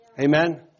Amen